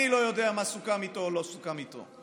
אני לא יודע מה סוכם איתו או לא סוכם איתו.